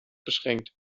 beschränkt